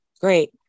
Great